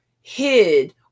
hid